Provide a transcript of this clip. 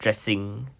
dressing